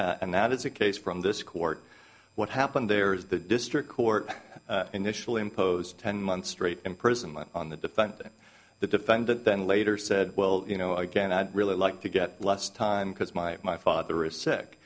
freely and that is a case from this court what happened there is the district court initially imposed ten months straight imprisonment on the defendant the defendant then later said well you know again i'd really like to get less time because my my father is s